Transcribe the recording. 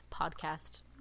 podcast